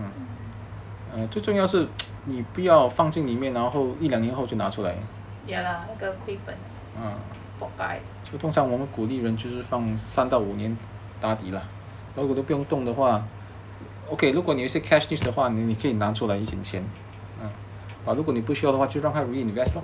ya lah 那个亏本 pok kai